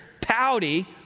pouty